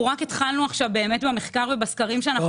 אנחנו רק התחלנו עכשיו במחקר ובסקרים שאנחנו